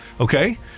Okay